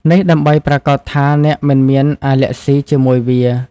នេះដើម្បីប្រាកដថាអ្នកមិនមាន អាលែកហ្ស៊ី ជាមួយវា។